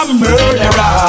murderer